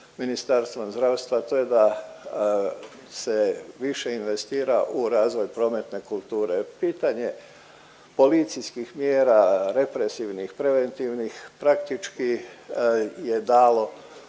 Ministarstvom zdravstva to je da se više investira u razvoj prometne kulture. Pitanje policijskih mjera represivnih, preventivnih praktički je dalo